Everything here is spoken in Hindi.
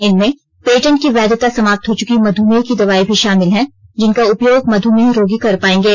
इनमें पेटेंट की वैधता समाप्त हो चुकी मधुमेह की दवाएं भी शामिल हैं जिनका उपयोग मधुमेह रोगी कर पायेंगे